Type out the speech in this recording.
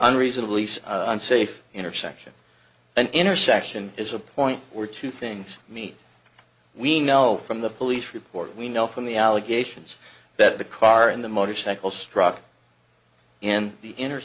unreasonably unsafe intersection and intersection is a point were two things meet we know from the police report we know from the allegations that the car in the motorcycle struck in the inter